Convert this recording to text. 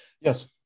Yes